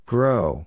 Grow